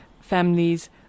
families